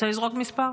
רוצה לזרוק מספר?